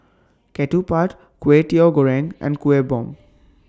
Ketupat Kway Teow Goreng and Kueh Bom